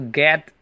get